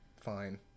fine